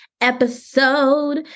episode